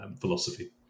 philosophy